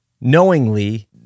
knowingly